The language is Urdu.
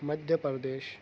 مدھیہ پردیش